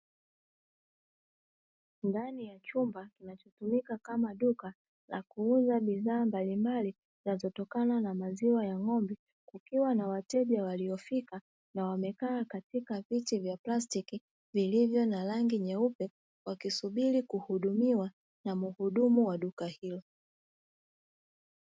Ndani ya chumba kinachotumika kama duka la kuuza bidhaa mbalimbali zinazotokana na maziwa ya ng`ombe kukiwa na wateja waliofika na wamekaa katika vivi vya plastiki vilivyo na rangi nyeupe, wakisubiri kuhudumiwa na muhudumu wa duka hilo.